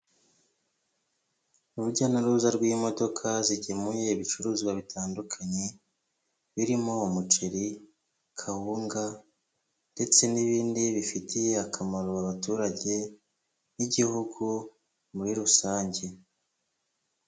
Urujya n'uruza rw'imodoka zigemuye ibicuruzwa bitandukanye, birimo umuceri, kawunga ndetse n'ibindi bifitiye akamaro abaturage b'igihugu muri rusange.